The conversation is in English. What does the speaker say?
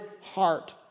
heart